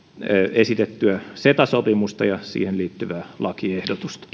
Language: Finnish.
esitettyä ceta sopimusta ja siihen liittyvää lakiehdotusta